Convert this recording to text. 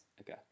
Okay